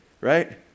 right